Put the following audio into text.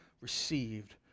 received